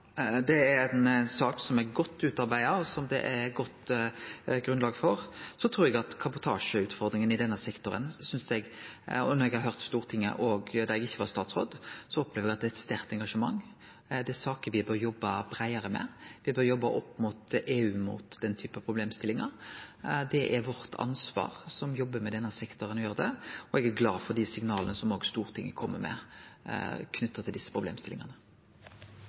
det gjeld kabotasjeutfordringa i denne sektoren, har eg opplevd – òg då eg ikkje var statsråd – at det er eit sterkt engasjement i Stortinget. Dette er saker me bør jobbe breiare med. Me bør jobbe opp mot EU med denne typen problemstillingar. Det er vårt ansvar – me som jobbar med denne sektoren – å gjere det, og eg er glad for dei signala som òg Stortinget kjem med knytt til desse problemstillingane.